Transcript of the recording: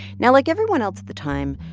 now, like everyone else at the time,